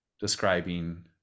describing